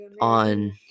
on